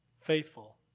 faithful